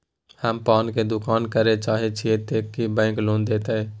हम पान के दुकान करे चाहे छिये ते की बैंक लोन देतै?